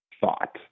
thought